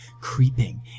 creeping